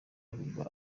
biba